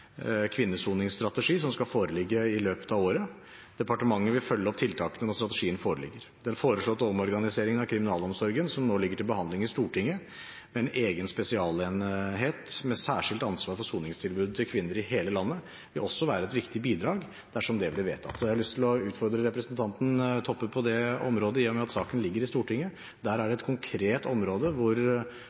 som skal foreligge i løpet av året. Departementet vil følge opp tiltakene når strategien foreligger. Den foreslåtte omorganiseringen av kriminalomsorgen som nå ligger til behandling i Stortinget, med en egen spesialenhet med særskilt ansvar for soningstilbudet til kvinner i hele landet, vil også være et viktig bidrag dersom det blir vedtatt. Jeg har lyst til å utfordre representanten Toppe på det området, i og med at saken ligger i Stortinget. Der er det et konkret område hvor